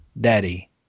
daddy